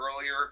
earlier